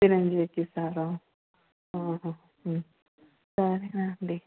సిరంజి ఎక్కిస్తారా సరే అండి